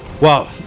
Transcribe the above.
Wow